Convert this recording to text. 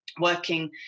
working